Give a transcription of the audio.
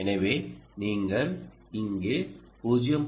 எனவே நீங்கள் இங்கே 0